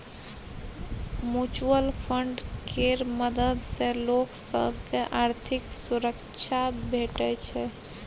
mutual fund केर मदद सँ लोक सब केँ आर्थिक सुरक्षा भेटै छै